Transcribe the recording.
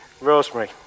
Rosemary